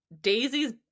Daisy's